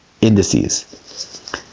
indices